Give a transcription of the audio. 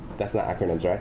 that's not acronyms, right?